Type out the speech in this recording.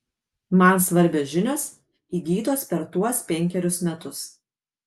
man svarbios žinios įgytos per tuos penkerius metus